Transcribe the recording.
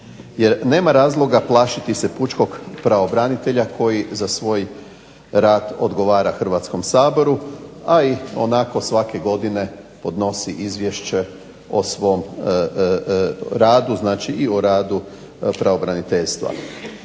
Jer nema razloga plašiti se pučkog pravobranitelja koji za svoj rad odgovara Hrvatskom saboru, a i onako svake godine podnosi izvješće o svom radu. Znači i o radu pravobraniteljstva.